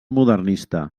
modernista